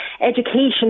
education